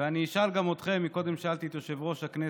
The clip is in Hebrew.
ואני אשאל גם אתכם, קודם שאלתי את יושב-ראש הכנסת: